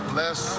less